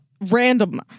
random